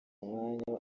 umwanya